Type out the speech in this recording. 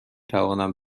توانم